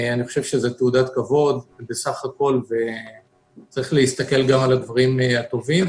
אני חושב שזו תעודת כבוד בסך הכול וצריך להסתכל גם על הדברים הטובים.